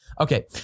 Okay